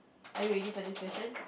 are you ready for this session